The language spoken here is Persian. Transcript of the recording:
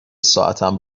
ساعتم